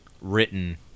written